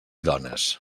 dones